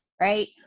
Right